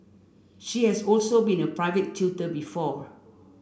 she has also been a private tutor before